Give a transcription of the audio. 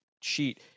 sheet